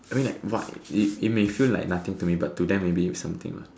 I mean like what it may feel like nothing to me but to them it may be something what